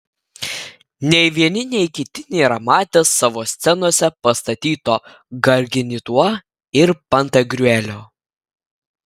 nei vieni nei kiti nėra matę savo scenose pastatyto gargantiua ir pantagriuelio